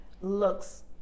looks